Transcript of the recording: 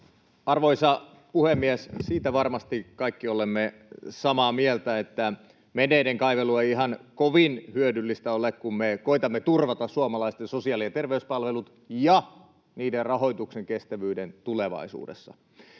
Arvoisa puhemies! Siitä varmasti kaikki olemme samaa mieltä, että menneiden kaivelu ei ihan kovin hyödyllistä ole, kun me koetamme turvata suomalaisten sosiaali‑ ja terveyspalvelut ja niiden rahoituksen kestävyyden tulevaisuudessa.